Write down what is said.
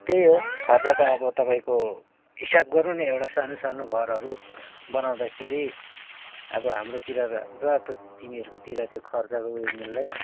त्यही हो खर्च त अब तपाईँको हिसाब गर्नु नि एउटा सानो सानो घरहरू बनाउँदाखेरि अब हाम्रोतिर र त तिमीहरूको तिर त्यो खर्चको ऊ यो मिल्दैन